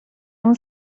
اون